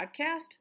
podcast